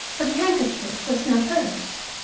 but the handkerchief was not hers.